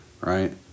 Right